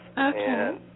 Okay